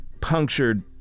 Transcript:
punctured